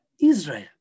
Israel